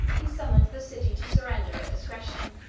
he summoned the city to surrender at discretion